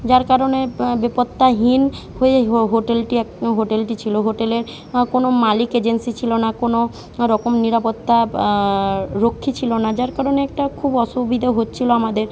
যার কারণে বেপত্তাহীন হয়ে হো হোটেলটি এক হোটেলটি ছিল হোটেলের কোনো মালিক এজেন্সি ছিল না কোনো রকম নিরাপত্তা রক্ষী ছিল না যার কারণে একটা খুব অসুবিধে হচ্ছিল আমাদের